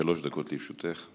שלוש דקות לרשותך.